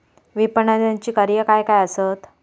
विपणनाची कार्या काय काय आसत?